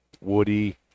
woody